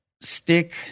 stick